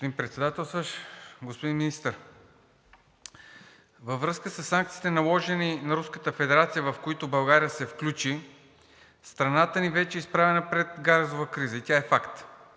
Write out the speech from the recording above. Господин Председателстващ! Господин Министър, във връзка със санкциите, наложени на Руската федерация, в които България се включи, страната ни вече е изправена пред газова криза и тя е факт,